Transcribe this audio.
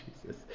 Jesus